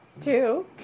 two